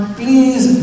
please